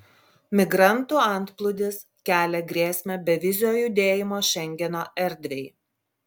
migrantų antplūdis kelia grėsmę bevizio judėjimo šengeno erdvei